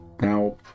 Now